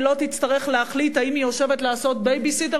היא לא תצטרך להחליט אם היא יושבת לעשות בייביסיטר